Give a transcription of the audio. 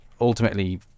ultimately